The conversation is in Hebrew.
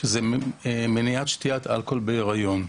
(מניעת שתיית אלכוהול בהריון).